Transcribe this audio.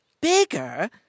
Bigger